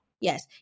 Yes